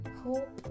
hope